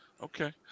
Okay